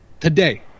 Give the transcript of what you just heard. today